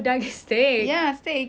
taste awak mahal